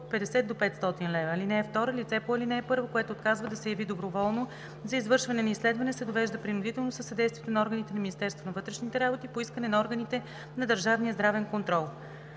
от 50 до 500 лв. (2) Лице по ал. 1, което отказва да се яви доброволно за извършване на изследване, се довежда принудително със съдействието на органите на Министерството на вътрешните работи по искане на органите на държавния здравен контрол.“